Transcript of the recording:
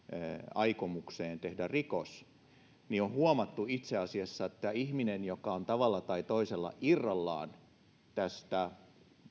aikomukseen tehdä rikos niin on huomattu itse asiassa että jos ihminen on tavalla tai toisella irrallaan tästä